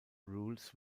rules